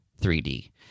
3D